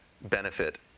benefit